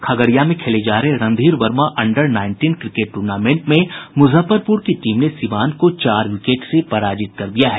खगड़िया में खेले जा रहे Randhir Verma under nineteen cricket tournament में मुजफ्फरपुर की टीम ने सीवान को चार विकेट से पराजित कर दिया है